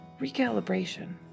recalibration